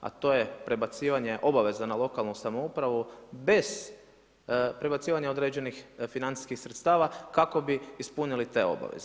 A to je prebacivanje obaveza na lokalnu samoupravu bez prebacivanja određenih financijskih sredstava kako bi ispunili te obaveze.